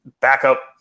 backup